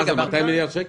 זה 200 מיליארד שקל?